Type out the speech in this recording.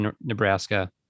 Nebraska